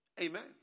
Amen